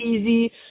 easy